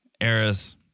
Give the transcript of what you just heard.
Eris